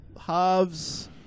Halves